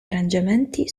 arrangiamenti